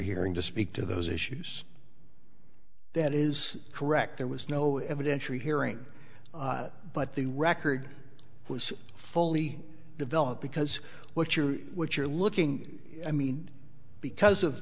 hearing to speak to those issues that is correct there was no evidentiary hearing but the record was fully developed because what you're what you're looking i mean because of